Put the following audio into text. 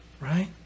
Right